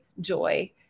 joy